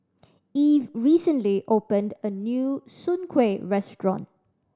Eve recently opened a new soon kway restaurant